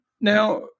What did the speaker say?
now